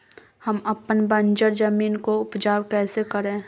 हम अपन बंजर जमीन को उपजाउ कैसे करे?